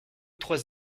trois